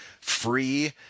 free